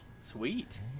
Sweet